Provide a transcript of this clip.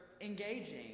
engaging